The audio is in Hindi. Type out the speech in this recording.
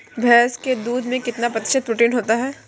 भैंस के दूध में कितना प्रतिशत प्रोटीन होता है?